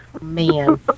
Man